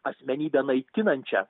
asmenybę naikinančią